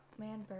Manberg